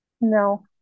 No